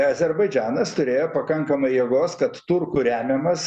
azerbaidžanas turėjo pakankamai jėgos kad turkų remiamas